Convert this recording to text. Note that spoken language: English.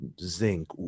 zinc